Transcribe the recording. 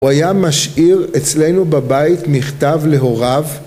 הוא היה משאיר אצלנו בבית מכתב להוריו